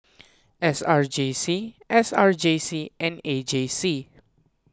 S R J C S R J C and A J C